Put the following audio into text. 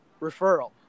referral